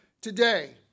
today